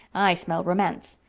i smell romance.